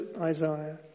Isaiah